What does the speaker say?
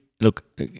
Look